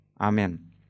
amen